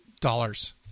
dollars